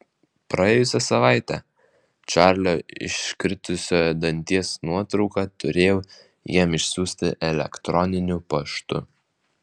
praėjusią savaitę čarlio iškritusio danties nuotrauką turėjau jam išsiųsti elektroniniu paštu